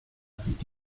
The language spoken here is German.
blieb